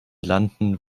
landen